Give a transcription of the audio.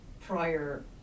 prior